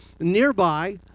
Nearby